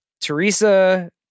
Teresa